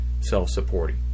self-supporting